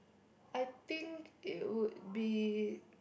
I think it would be